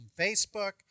Facebook